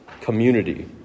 community